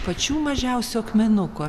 pačių mažiausių akmenuko